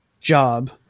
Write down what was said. job